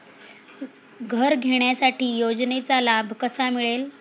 घर घेण्यासाठी योजनेचा लाभ कसा मिळेल?